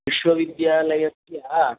विश्वविद्यालयस्य